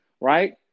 Right